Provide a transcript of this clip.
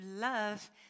love